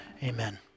Amen